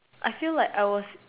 I feel like I was